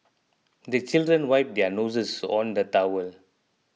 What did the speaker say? the children wipe their noses on the towel